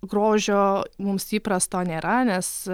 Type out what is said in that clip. grožio mums įprasto nėra nes